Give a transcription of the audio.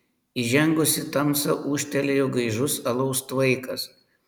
įžengus į tamsą ūžtelėjo gaižus alaus tvaikas